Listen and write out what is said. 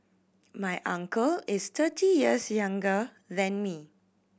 my uncle is thirty years younger than me